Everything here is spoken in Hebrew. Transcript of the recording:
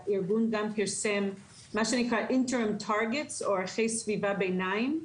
הארגון פרסם מה שנקרא ערכי סביבה ביניים,